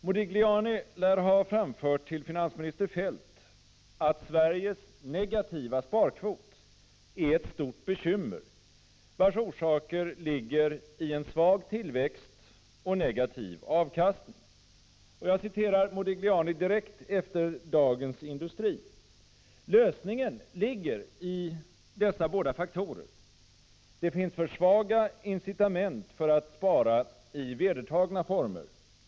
Modigliani lär ha framfört till finansminister Feldt att Sveriges negativa sparkvot är ett stort bekymmer, vars orsaker ligger i en svag tillväxt och en negativ avkastning. Jag citerar vad Modigliani säger i Dagens Industri: ”Lösningen ligger i dessa båda faktorer. Det finns för svaga incitament för att spara i vedertagna former.